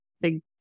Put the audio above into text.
Big